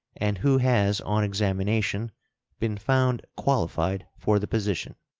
and who has on examination been found qualified for the position.